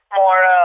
more